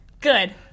Good